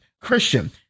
Christian